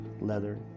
leather